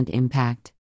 impact